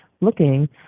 looking